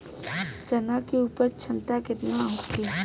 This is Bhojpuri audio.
चना के उपज क्षमता केतना होखे?